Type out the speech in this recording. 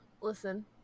Listen